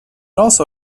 also